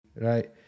right